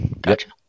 Gotcha